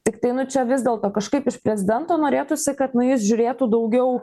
tiktai nu čia vis dėlto kažkaip iš prezidento norėtųsi kad nu jis žiūrėtų daugiau